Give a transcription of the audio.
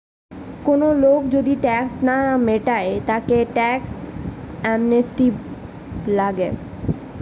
কোন লোক যদি ট্যাক্স না মিটায় তাকে ট্যাক্স অ্যামনেস্টি লাগে